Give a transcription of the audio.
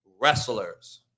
wrestlers